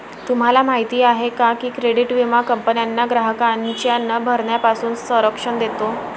तुम्हाला माहिती आहे का की क्रेडिट विमा कंपन्यांना ग्राहकांच्या न भरण्यापासून संरक्षण देतो